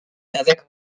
avec